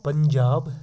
Punjab